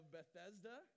Bethesda